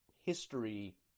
history